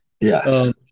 Yes